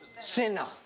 sinner